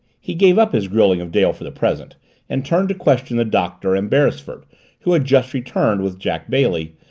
he gave up his grilling of dale for the present and turned to question the doctor and beresford who had just returned, with jack bailey,